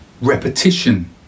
Repetition